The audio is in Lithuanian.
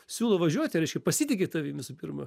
siūlo važiuoti reiškia pasitiki tavim visų pirma